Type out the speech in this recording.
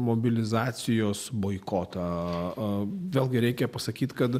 mobilizacijos boikotą vėlgi reikia pasakyt kad